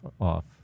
off